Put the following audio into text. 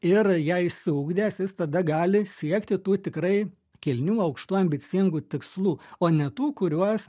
ir ją išsiugdęs jis tada gali siekti tų tikrai kilnių aukštų ambicingų tikslų o ne tų kuriuos